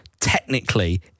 technically